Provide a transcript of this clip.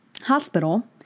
hospital